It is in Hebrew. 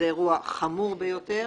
זה אירוע חמור ביותר